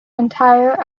entire